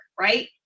right